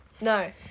no